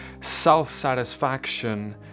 self-satisfaction